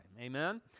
Amen